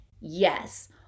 yes